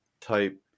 type